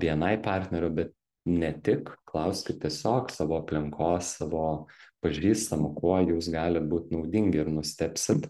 bni partnerių bet ne tik klauskit tiesiog savo aplinkos savo pažįstamų kuo jūs galit būt naudingi ir nustebsit